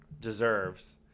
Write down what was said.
deserves